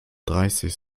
dreißig